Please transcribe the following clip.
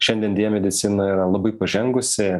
šiandien deja medicina yra labai pažengusi